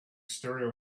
stereo